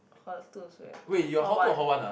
hall two also very hall one